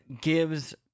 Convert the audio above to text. gives